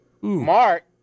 mark